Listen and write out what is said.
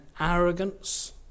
arrogance